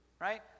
right